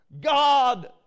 God